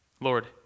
Lord